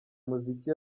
umuziki